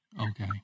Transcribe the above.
Okay